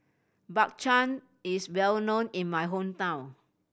Bak Chang is well known in my hometown